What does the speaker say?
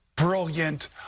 brilliant